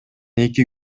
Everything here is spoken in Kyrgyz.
эки